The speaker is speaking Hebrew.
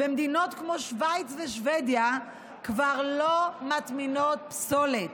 ומדינות כמו שווייץ ושבדיה כבר לא מטמינות פסולת.